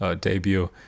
debut